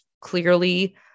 clearly